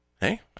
Hey